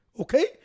Okay